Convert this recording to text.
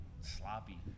sloppy